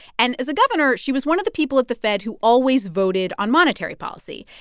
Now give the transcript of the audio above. and as a governor, she was one of the people at the fed who always voted on monetary policy.